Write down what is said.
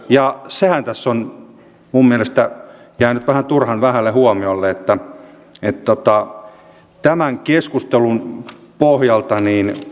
ja sehän tässä on minun mielestäni jäänyt vähän turhan vähälle huomiolle tämän keskustelun pohjalta